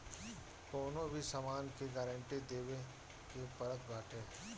कवनो भी सामान के गारंटी देवे के पड़त बाटे